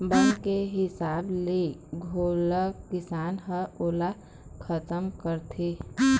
बन के हिसाब ले घलोक किसान ह ओला खतम करथे